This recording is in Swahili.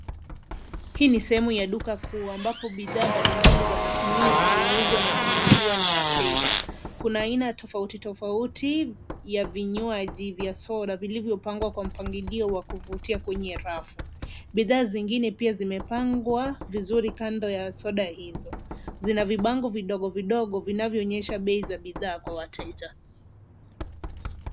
Hii ni sehemu ya duka kuu ambapo bidhaa mbalimbali za matumizi huuzwa na kununuliwa na wateja. Kuna aina tofauti tofauti ya vinywaji vya soda vilivyopangwa kwa mpangilio wa kuvutia kwenye rafu. Bidhaa zingine pia zimepangwa vizuri kando ya soda hizo. Zina vibango vidogo vidogo vinavyoonyesha bei za bidhaa kwa wateja.